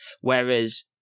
whereas